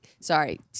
Sorry